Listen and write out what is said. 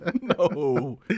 no